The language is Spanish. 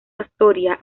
astoria